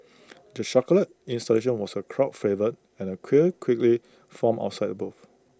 the chocolate installation was A crowd favourite and A queue quickly formed outside the booth